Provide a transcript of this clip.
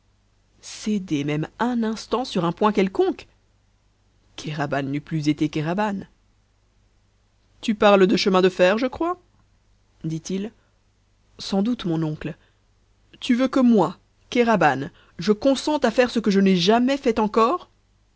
céder même un instant sur un point quelconque kéraban n'eût plus été kéraban tu parles de chemin de fer je crois dit-il sans doute mon oncle tu veux que moi kéraban je consente à faire ce que je n'ai jamais fait encore